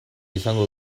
izango